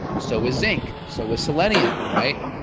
so is zinc so with selenium. right.